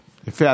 יפה,